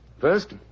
First